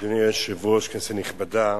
אדוני היושב-ראש, כנסת נכבדה,